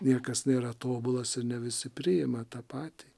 niekas nėra tobulas ir ne visi priima tą patį